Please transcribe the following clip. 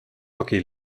hockey